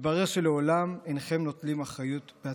מתברר שלעולם אינכם נוטלים אחריות בעצמכם.